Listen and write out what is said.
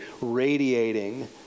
radiating